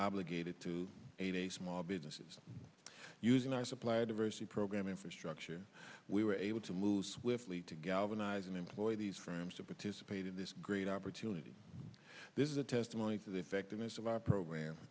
obligated to a small businesses using our supplier diversity program infrastructure we were able to move swiftly to galvanizing employ these firms to participate in this great opportunity this is a testimony to the effectiveness of our program